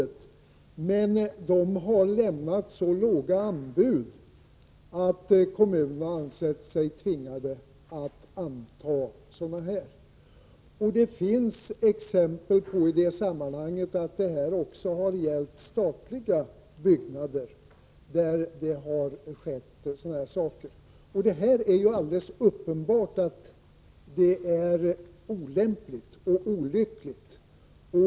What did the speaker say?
De har emellertid lämnat så låga anbud att kommunerna har ansett sig tvingade att anta dem. Det finns också exempel med statliga byggnader i detta sammanhang. Det är helt uppenbart att detta är olämpligt och olyckligt. Bl.